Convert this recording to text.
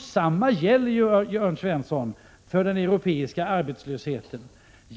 Samma gäller för den europeiska arbetslösheten, Jörn Svensson.